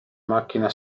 macchina